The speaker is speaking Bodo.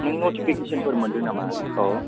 नों न'थिफिखेसनफोर मोनदों नामा औ